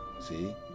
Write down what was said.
See